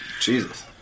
Jesus